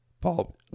Paul